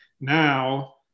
Now